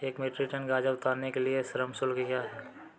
एक metric ton गाजर उतारने के लिए श्रम शुल्क क्या है?